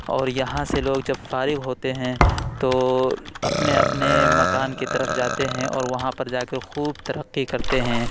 اور یہاں سے لوگ جب فارغ ہوتے ہیں تو اپنے اپنے مکان کے طرف جاتے ہیں اور وہاں پر جا کے خوب ترقی کرتے ہیں